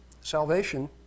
Salvation